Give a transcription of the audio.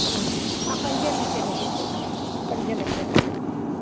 हा पंजे मिंटे में थी फ़ोन कयाव पंज मिंट में कयाव बसि